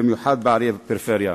בעיקר בערי הפריפריה.